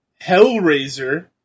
Hellraiser